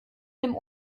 nimm